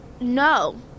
no